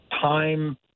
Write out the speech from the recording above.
time